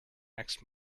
next